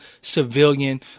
civilian